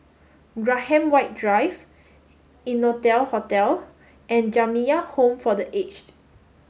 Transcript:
Graham White Drive Innotel Hotel and Jamiyah Home for the Aged